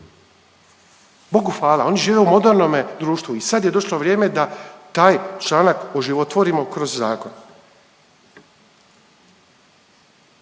Bogu hvala, oni žive u modernome društvu i sad je došlo vrijeme da taj članak oživotvorimo kroz zakon.